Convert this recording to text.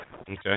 Okay